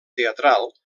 teatral